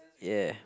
yeah